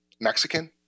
Mexican